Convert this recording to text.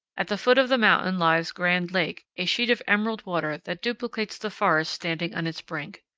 at the foot of the mountain lies grand lake, a sheet of emerald water that duplicates the forest standing on its brink.